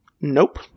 Nope